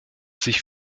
sich